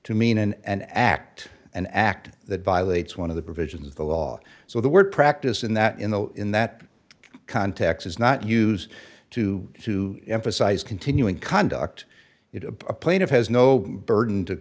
to mean an act an act that violates one of the provisions of the law so the word practice in that in the in that context is not used to to emphasize continuing conduct it a plaintiff has no burden to